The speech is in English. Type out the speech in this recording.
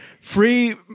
Free